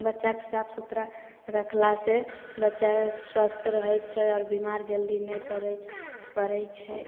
बच्चाके साफ सुथरा रखला से बच्चा स्वस्थ रहय छै और भी बीमार जल्दी नै पड़य पड़य छै